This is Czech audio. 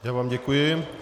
Já vám děkuji.